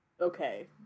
okay